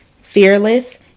fearless